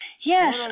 Yes